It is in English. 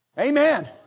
Amen